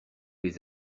les